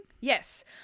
Yes